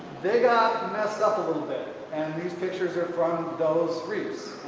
they got messed up a little bit and these pictures are from those reefs.